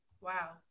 wow